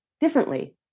differently